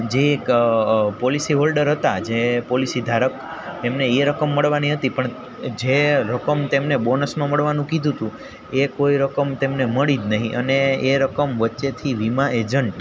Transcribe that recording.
જે એક policy holder હતા જે પોલિસી ધારક એમને એ રકમ મળવાની હતી પણ જે રકમ તેમને બોનસમાં મળવાનું કીધું હતું એ કોઈ રકમ તેમને મળી જ નહીં અને એ રકમ વચ્ચેથી વીમા એજન્ટ